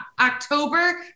October